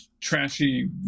trashy